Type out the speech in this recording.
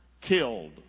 killed